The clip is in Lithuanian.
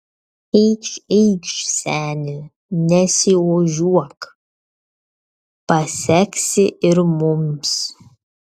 eikš eikš seni nesiožiuok paseksi ir mums